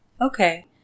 Okay